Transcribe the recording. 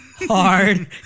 hard